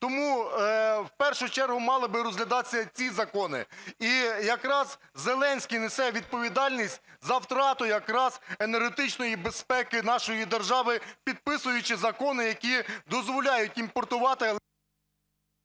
Тому в першу чергу мали би розглядатися ці закони. І якраз Зеленський несе відповідальність за втрату якраз енергетичної безпеки нашої держави, підписуючи закони, які дозволяють імпортувати...